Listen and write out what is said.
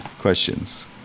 questions